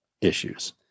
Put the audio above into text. issues